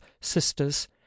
sisters